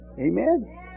Amen